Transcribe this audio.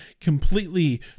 completely